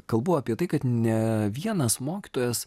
kalbu apie tai kad ne vienas mokytojas